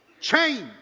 Change